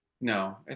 No